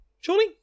surely